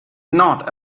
not